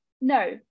no